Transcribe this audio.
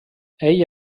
ell